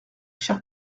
chers